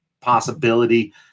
possibility